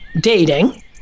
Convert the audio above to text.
dating